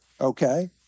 Okay